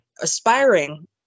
aspiring